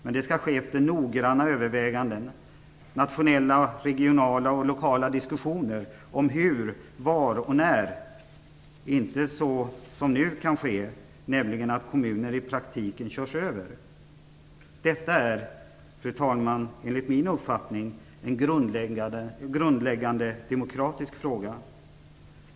Men det skall ske efter noggranna överväganden och nationella, regionala och lokala diskussioner om hur, var och när. I dag kan kommuner i praktiken köras över. Detta är, fru talman, enligt min uppfattning en grundläggande demokratisk fråga.